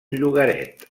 llogaret